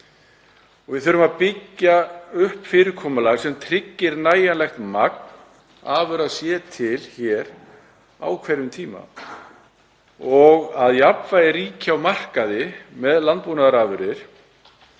Við þurfum að byggja upp fyrirkomulag sem tryggir að nægjanlegt magn afurða sé til hér á hverjum tíma og að jafnvægi ríki á markaði með landbúnaðarafurðir.